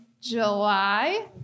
July